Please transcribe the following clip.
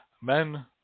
men